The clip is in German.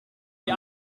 die